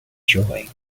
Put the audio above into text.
joy